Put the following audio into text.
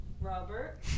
Robert